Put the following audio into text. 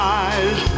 eyes